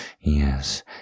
Yes